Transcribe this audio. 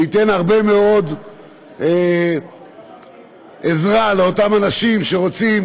הוא ייתן הרבה מאוד עזרה לאותם אנשים שרוצים